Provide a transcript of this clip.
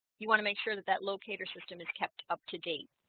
you want to make sure that that locator system is kept up to date